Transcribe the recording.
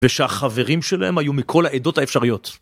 ושהחברים שלהם היו מכל העדות האפשריות.